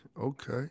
Okay